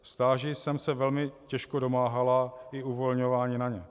Stáží jsem se velmi těžko domáhala a uvolňování na ně.